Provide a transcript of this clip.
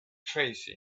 tracy